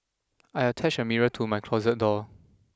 I attached a mirror to my closet door